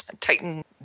Tighten